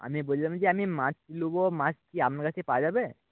আমি বলছিলাম যে আমি মাছ নেব মাছ কি আপনার কাছে পাওয়া যাবে